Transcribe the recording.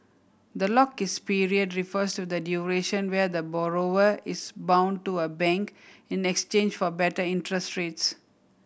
the lock is period refers to the duration where the borrower is bound to a bank in exchange for better interest rates